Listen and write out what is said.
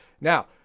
Now